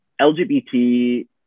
LGBT